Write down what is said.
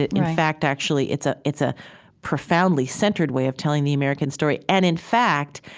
in fact, actually it's ah it's a profoundly centered way of telling the american story and, in fact,